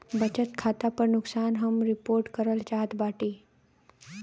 बचत खाता पर नुकसान हम रिपोर्ट करल चाहत बाटी